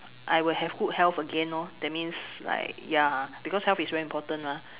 I will have good health again lor that means like ya because health is very important mah